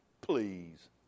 Please